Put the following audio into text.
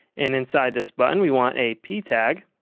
and inside this button we want a p tag,